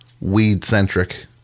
weed-centric